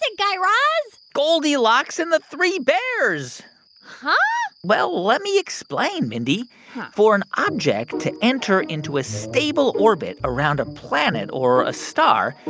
ah guy raz? goldilocks and the three bears huh? well, let me explain, mindy huh for an object to enter into a stable orbit around a planet or a star,